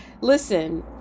listen